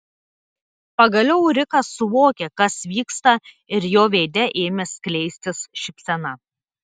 pagaliau rikas suvokė kas vyksta ir jo veide ėmė skleistis šypsena